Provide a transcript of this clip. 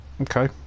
Okay